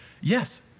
yes